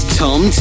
tom